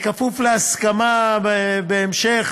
בכפוף להסכמה בהמשך,